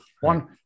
one